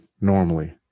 normally